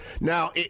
Now